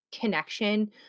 connection